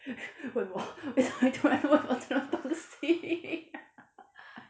问我为什么突然问我东西